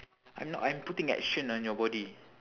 I'm not I'm putting action on your body